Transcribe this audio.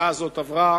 שההצעה הזאת עברה,